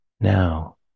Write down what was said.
now